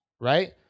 right